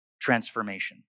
transformation